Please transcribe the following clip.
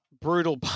brutal